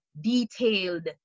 detailed